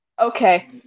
okay